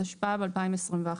התשפ"ב-2021.